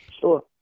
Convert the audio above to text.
Sure